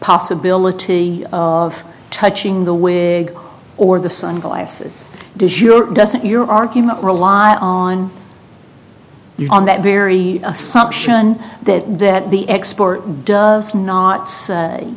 possibility of touching the wig or the sunglasses does your doesn't your argument rely on you on that very assumption that that the expert does not say